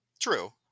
True